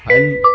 அஞ்சு